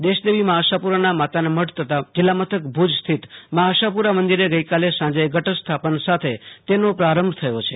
દેશદેવી માં આશાપુ રાના માતાનામઢ તથા જિલ્લા મથક ભુજ સ્થિત માં આશાપુ રા મંદિરે ગઈકાલે ઘટ સ્થાપન સાથે તેનો પ્રારંભ થયો છે